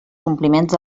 compliments